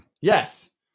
Yes